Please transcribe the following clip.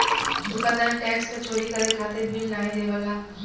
दुकानदार टैक्स क चोरी करे खातिर बिल नाहीं देवला